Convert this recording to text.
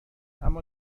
اما